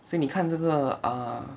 所以你看这个 ah